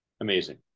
amazing